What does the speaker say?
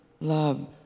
love